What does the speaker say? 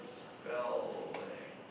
spelling